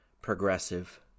progressive